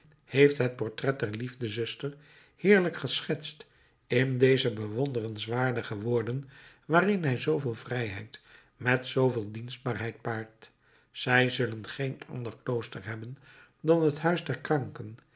heeft het portret der liefdezuster heerlijk geschetst in deze bewonderenswaardige woorden waarin hij zooveel vrijheid met zooveel dienstbaarheid paart zij zullen geen ander klooster hebben dan het huis der kranken